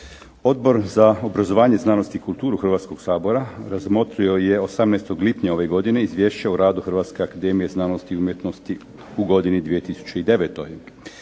Odbor za obrazovanje, znanost i kulturu Hrvatskog sabora razmotrio je 18. lipnja ove godine izvješće o radu Hrvatske akademije znanosti i umjetnosti u godini 2009.